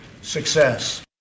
success